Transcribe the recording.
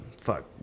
Fuck